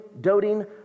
doting